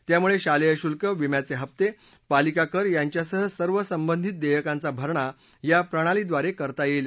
त्यामुळे शालेय शुल्क विम्याचे हफ्ते पालिका कर यांच्यासह सर्व संबधित देयकांचा भरणा या प्रणालीब्रारे करता येईल